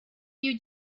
you